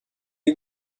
est